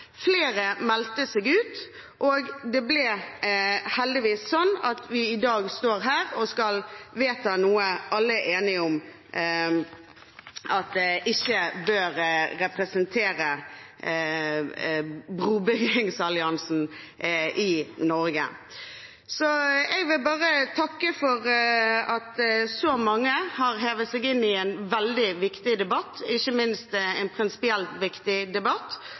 Flere meldte seg ut, og det ble heldigvis sånn at vi i dag står her og skal vedta noe alle er enige om ikke bør representere brobyggingsalliansen i Norge. Jeg vil bare takke for at så mange har hivd seg inn i en veldig viktig debatt, ikke minst en prinsipielt viktig debatt.